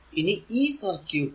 ഇനി ഈ സർക്യൂട് ൽ